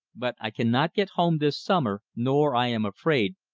but i cannot get home this summer, nor, i am afraid,